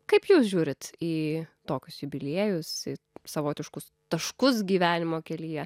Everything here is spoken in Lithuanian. kaip jūs žiūrit į tokius jubiliejus į savotiškus taškus gyvenimo kelyje